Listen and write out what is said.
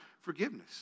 forgiveness